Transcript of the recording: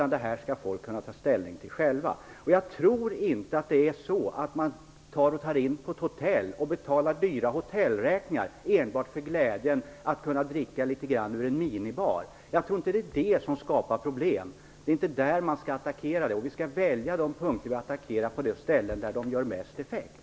Det här skall folk kunna ta ställning till själva. Jag tror inte att man tar in på ett hotell och betalar dyra hotellräkningar enbart för glädjen att kunna dricka i en minibar. Jag tror inte att det är den saken som skapar problem. Det är inte där man skall attackera. Vi bör välja punkterna att attackera på de ställen där det gör mest effekt.